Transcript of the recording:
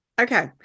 Okay